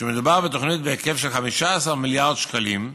שמדובר בתוכנית בהיקף של 15 מיליארד שקלים,